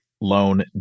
loan